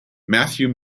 matthew